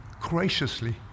graciously